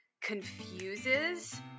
confuses